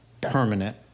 permanent